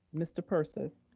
mr. persis.